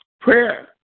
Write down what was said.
prayer